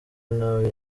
nawe